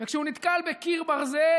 וכשהוא נתקל בקיר ברזל,